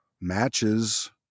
matches